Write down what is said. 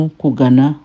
kugana